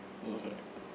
all right